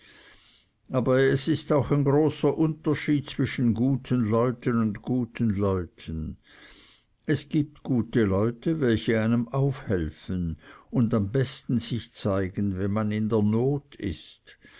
aber es ist auch ein großer unterschied zwischen guten leuten und guten leuten es gibt gute leute welche einem aufhelfen und am besten sich zeigen wenn man in der not ist